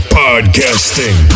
podcasting